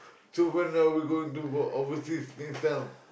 so right now we go to work overseas next time